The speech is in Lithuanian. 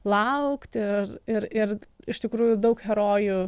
laukt ir ir ir iš tikrųjų daug herojų